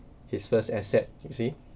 his first asset you see